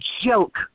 joke